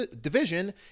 division